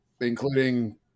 including